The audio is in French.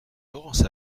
laurence